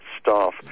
staff